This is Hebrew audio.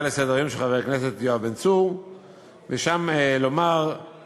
לסדר-היום של חבר הכנסת יואב בן צור ולומר כך: